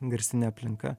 garsinė aplinka